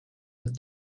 with